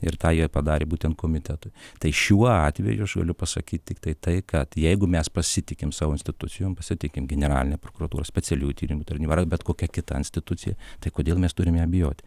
ir tą jie padarė būtent komitetui tai šiuo atveju aš galiu pasakyt tiktai tai kad jeigu mes pasitikim savo institucijom pasitikim generaline prokuratūra specialiųjų tyrimų tarnyba arba bet kokia kita institucija tai kodėl mes turim ja abejoti